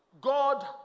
God